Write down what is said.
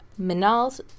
Minal's